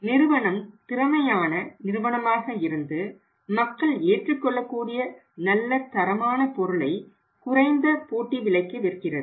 நிறுவனம் திறமையான நிறுவனமாக இருந்து மக்கள் ஏற்றுக்கொள்ளக்கூடிய நல்ல தரமான பொருளை குறைந்த போட்டி விலைக்கு விற்கிறது